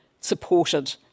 supported